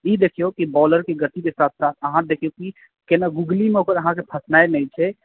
ई देखियौ कि बॉलर के गति के साथ साथ अहाँ देखबै कि केने गुगली मे अहाँके फंसनाई नहि छै